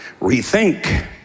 rethink